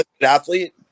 athlete